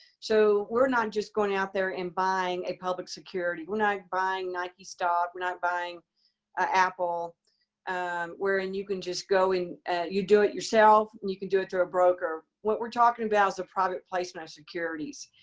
so we're not just going out there and buying a public security we're not buying nike stock, we're not buying ah apple um where and you can just go and you do it yourself and you can do it through a broker. what we're talking about is a private placement securities.